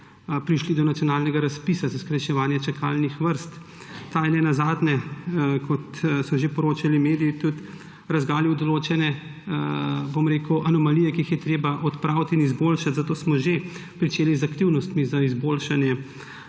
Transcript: prišli do nacionalnega razpisa za skrajševanje čakalnih vrst. Ta je ne nazadnje, kot so že poročali mediji, razgalil določene anomalije, ki jih je treba odpraviti in izboljšati, zato smo že pričeli z aktivnostmi za izboljšanje